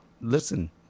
Listen